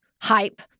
Hype